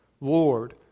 Lord